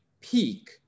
peak